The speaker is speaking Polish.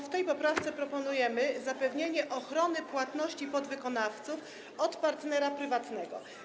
W tej poprawce proponujemy zapewnienie ochrony płatności podwykonawców przez partnera prywatnego.